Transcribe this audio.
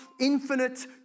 infinite